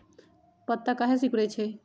पत्ता काहे सिकुड़े छई?